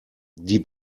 die